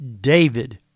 David